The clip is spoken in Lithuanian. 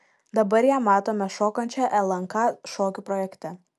dabar ją matome šokančią lnk šokių projekte